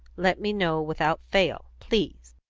let me know without fail, please.